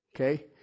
okay